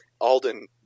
Alden